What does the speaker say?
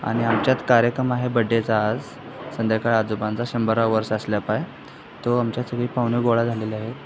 आणि आमच्यात कार्यक्रम आहे बड्डेचा आज संध्याकाळ आजोबांचा शंभरावं वर्ष असल्या पायी तो आमच्या सगळी पाहुणे गोळा झालेला आहे